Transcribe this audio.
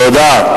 תודה,